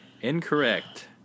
Incorrect